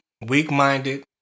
weak-minded